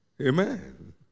Amen